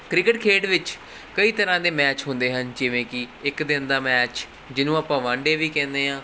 cricket ਖੇਡ ਵਿੱਚ ਕਈ ਤਰ੍ਹਾਂ ਦੇ ਮੈਚ ਹੁੰਦੇ ਹਨ ਜਿਵੇਂ ਕਿ ਇੱਕ ਦਿਨ ਦਾ ਮੈਚ ਜਿਹਨੂੰ ਆਪਾਂ ਵੰਨ ਡੇ ਵੀ ਕਹਿੰਦੇ ਹਾਂ